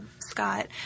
Scott